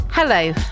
Hello